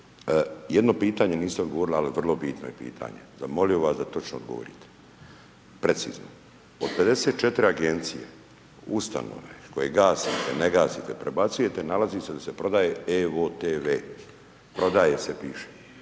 Jedno pitanje niste odgovorili, ali vrlo bitno je pitanje. Zamolio bih vas da točno odgovorite, precizno. Od 54 Agencije, Ustanove, koje gasite, ne gasite, prebacujete, nalazi se da se prodaje evo-tv, prodaje se, piše.